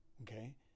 Okay